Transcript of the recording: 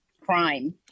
Crime